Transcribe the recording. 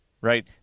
right